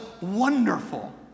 wonderful